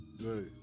Right